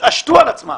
תתעשת על עצמה